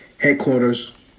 headquarters